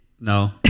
no